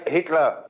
Hitler